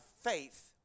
faith